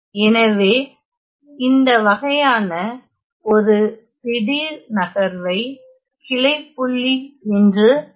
எனவே இந்த வகையான ஒரு திடீர்நகர்வை கிளை புள்ளி என்று அழைக்கிறோம்